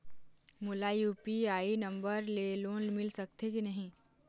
मोला UPI number ले loan मिल सकथे कि नहीं?